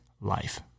life